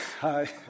Hi